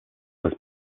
was